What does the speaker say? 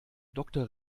doktor